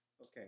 Okay